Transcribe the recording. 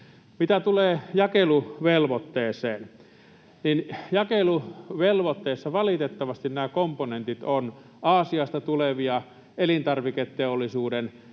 Mitä tulee jakeluvelvoitteeseen, niin jakeluvelvoitteessa valitettavasti nämä komponentit ovat Aasiasta tulevia elintarviketeollisuuden